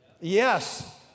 yes